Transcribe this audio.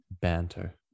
banter